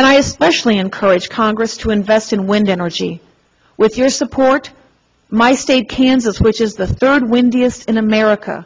and i especially encourage congress to invest in wind energy with your support my state kansas which is the third windiest in america